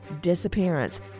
disappearance